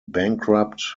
bankrupt